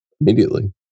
immediately